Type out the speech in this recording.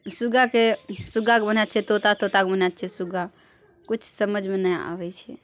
ई सुग्गा से सुग्गाके ओ ना छियै तोता तोताके ओ ना छियै सुग्गा किछु समझमे नहि आबै छै